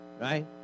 right